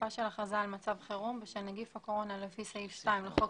תוקפה של הכרזה על מצב חירום בשל נגיף הקורונה לפי סעיף 2 לחוק